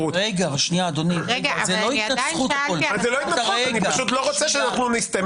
חוק ומשפט אני מניח שזה עדיין לא היה כאן - בכנסת ה-13,